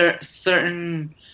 certain